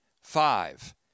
five